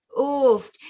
Oof